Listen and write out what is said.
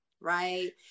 right